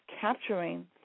capturing